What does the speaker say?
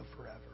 forever